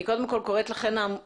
אני קודם כל קוראת לכם,